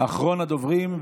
אחרון הדוברים,